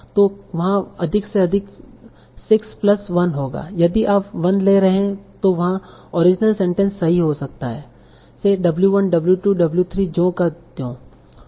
तो वहाँ अधिक से अधिक 6 प्लस 1 होगा यदि आप 1 ले रहे हैं तो वहां ओरिजिनल सेंटेंस सही हो सकता है से W 1 W 2 W 3 ज्यों का त्यों